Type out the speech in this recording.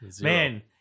Man